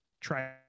try